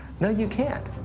no you can't.